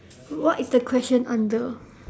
what is the question under